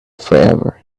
forever